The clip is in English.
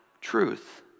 truth